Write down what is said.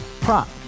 Prop